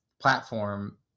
platform